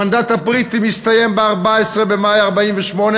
המנדט הבריטי מסתיים ב-14 במאי 1948,